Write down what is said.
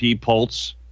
pulse